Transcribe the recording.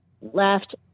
Left